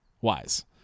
wise